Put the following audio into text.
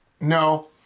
No